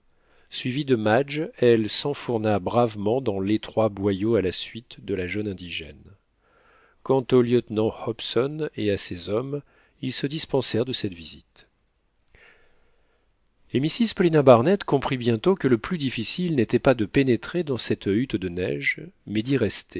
suivie de madge elle s'enfourna bravement dans l'étroit boyau à la suite de la jeune indigène quant au lieutenant hobson et à ses hommes ils se dispensèrent de cette visite et mrs paulina barnett comprit bientôt que le plus difficile n'était pas de pénétrer dans cette hutte de neige mais d'y rester